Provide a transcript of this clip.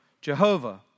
Jehovah